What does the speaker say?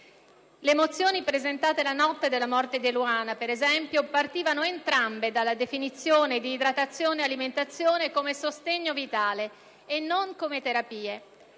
Le mozioni presentate la notte della morte di Eluana, per esempio, partivano entrambe dalla definizione di idratazione e alimentazione come sostegno vitale e non come terapie